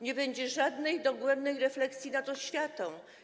Nie będzie żadnej dogłębnej refleksji nad oświatą.